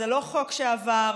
זה לא חוק שעבר,